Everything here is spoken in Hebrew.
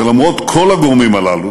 ולמרות כל הגורמים הללו